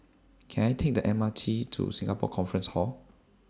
Can I Take The M R T to Singapore Conference Hall